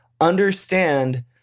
understand